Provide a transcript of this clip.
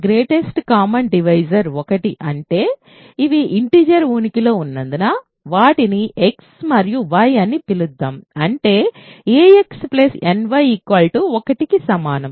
greatest common divisor 1 అంటే integer ఉనికిలో ఉన్నందున వాటిని x మరియు y అని పిలుద్దాం అంటే ax ny 1కి సమానం